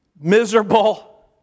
miserable